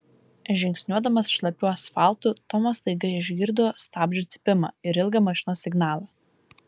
žingsniuodamas šlapiu asfaltu tomas staiga išgirdo stabdžių cypimą ir ilgą mašinos signalą